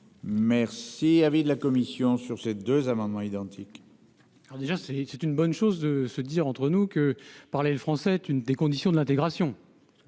Merci à vide de la commission sur ces deux amendements identiques. Alors déjà c'est, c'est une bonne chose de se dire entre nous que par les le français, une des conditions de l'intégration